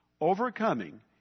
Overcoming